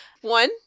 one